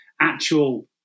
actual